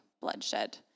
bloodshed